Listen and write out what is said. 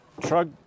truck